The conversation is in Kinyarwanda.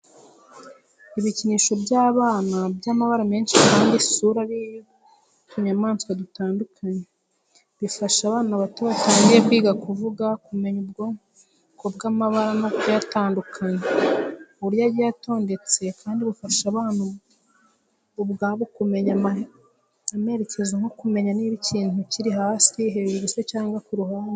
Ibikinisho by’abana by’amabara menshi kandi isura ari iy'utunyamaswa dutandukanye. Bifasha abana bato batangiye kwiga kuvuga, kumenya ubwoko bw'amabara no kuyatandukanya. Uburyo agiye atondetse kandi bufasha abana ubwabo kumenya amerekezo nko kumenya niba ikintu kiri hasi, hejuru se cyangwa ku ruhande.